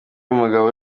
y’umugabo